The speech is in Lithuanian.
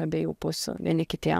abiejų pusių vieni kitiem